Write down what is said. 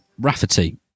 rafferty